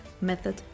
method